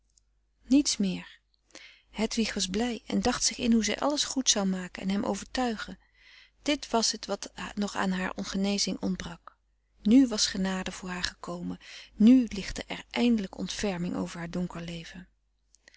niets meer hedwig was blij en dacht zich in hoe zij alles goed zou maken en hem overtuigen dit was het wat nog aan haar genezing ontbrak nu was genade frederik van eeden van de koele meren des doods voor haar gekomen nu lichtte er eindelijk ontferming over haar donker leven